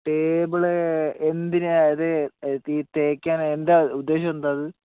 table എന്തിന് അത് ഈ തേയ്ക്കാൻ എന്താണ് അത് ഉദ്ദേശം എന്താണ് അത്